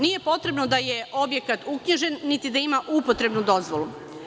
Nije potrebno da je objekat uknjižen, niti da ima upotrebnu dozvolu.